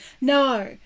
No